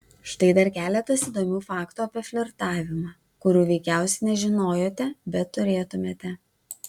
štai dar keletas įdomių faktų apie flirtavimą kurių veikiausiai nežinojote bet turėtumėte